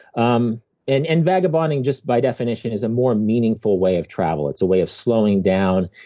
um and and vagabonding, just by definition, is a more meaningful way of travel. it's a way of slowing down,